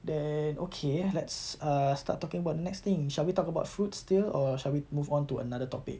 then okay let's uh start talking about next thing shall we talk about fruits still or shall we move on to another topic